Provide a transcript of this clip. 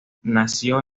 nació